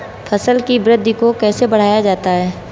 फसल की वृद्धि को कैसे बढ़ाया जाता हैं?